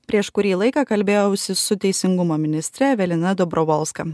prieš kurį laiką kalbėjausi su teisingumo ministre evelina dobrovolska